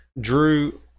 drew